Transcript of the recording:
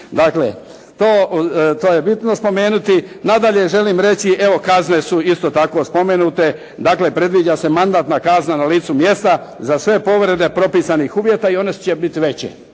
Dakle to, to je bitno spomenuti. Nadalje želim reći evo kazne su isto tako spomenute. Dakle predviđa se mandatna kazna na licu mjesta za sve povrede propisanih uvjeta i one će biti veće.